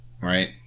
right